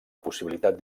possibilitat